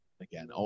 Again